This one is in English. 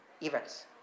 events